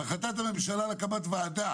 בהחלטת הממשלה על הקמת ועדה